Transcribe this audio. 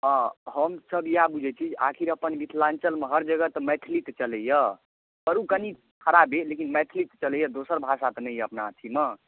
हँ हमसब इएह बुझैत छी जे आखिर अपन मिथिलाञ्चलमे हर जगह तऽ मैथिलीके चलैए बरु कनी खराबे लेकिन मैथिलीके चलैए दोसर भाषा तऽ नहि यए अपना अथीमे